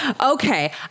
Okay